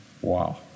Wow